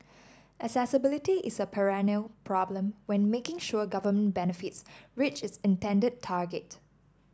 accessibility is a perennial problem when making sure government benefits reach its intended target